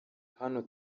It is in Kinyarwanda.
hano